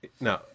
No